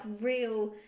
real